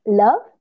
love